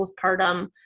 postpartum